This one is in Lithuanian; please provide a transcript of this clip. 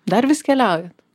dar vis keliaujat